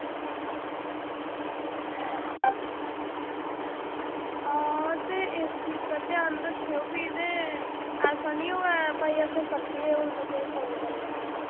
आं ते इस चीज़ दा ध्यान रक्खेओ भी ते ऐसा निं होऐ की परतियै असें तुसेंगी फोन करना पवै